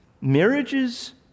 Marriages